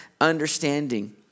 understanding